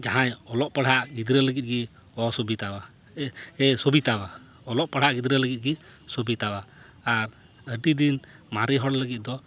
ᱡᱟᱦᱟᱸᱭ ᱚᱞᱚᱜ ᱯᱟᱲᱦᱟᱜ ᱜᱤᱫᱽᱨᱟᱹ ᱞᱟ ᱜᱤᱫ ᱜᱮ ᱚᱥᱵᱤᱫᱟᱣᱟ ᱥᱩᱵᱤᱫᱟᱣᱟ ᱚᱞᱚᱜ ᱯᱟᱲᱦᱟᱜ ᱜᱤᱫᱽᱨᱟᱹ ᱞᱟ ᱜᱤᱫ ᱜᱮ ᱥᱩᱵᱤᱫᱟᱣᱟ ᱟᱨ ᱟᱹᱰᱤ ᱫᱤᱱ ᱢᱟᱨᱮ ᱦᱚᱲ ᱞᱟᱹᱜᱤᱫ ᱫᱚ